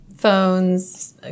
phones